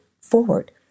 forward